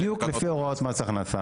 בדיוק לפי ההוראות של מס הכנסה.